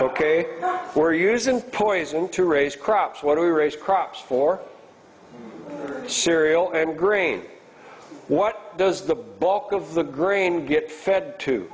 ok for use in poison to raise crops what do we raise crops for cereal and grain what does the bulk of the grain get fed to